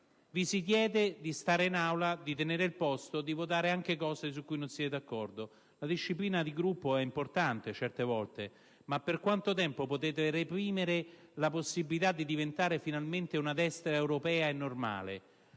vi si chiede di stare in Aula, di tenere il posto, di votare anche provvedimenti su cui non siete d'accordo. La disciplina di Gruppo è importante certe volte, ma per quanto tempo potete reprimere la possibilità di diventare finalmente una destra europea e normale: